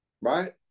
Right